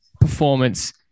performance